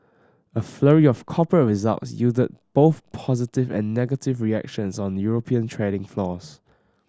a flurry of corporate results yielded both positive and negative reactions on European trading floors